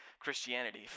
Christianity